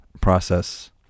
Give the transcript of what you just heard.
process